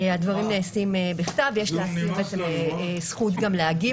הדברים נעשים בכתב יש לאסיר זכות גם להגיב